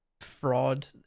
fraud